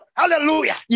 hallelujah